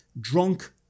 Drunk